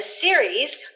series